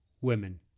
women